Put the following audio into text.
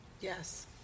Yes